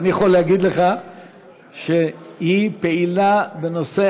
ואני יכול להגיד לך שהיא פעילה בנושא